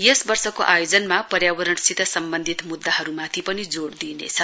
यस वर्षको आयोजनमा पर्यावरणसित सम्वन्धित मुद्दाहरूमाथि पनि जोड़ दिइनेछ